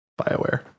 BioWare